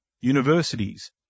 universities